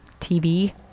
tv